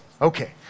Okay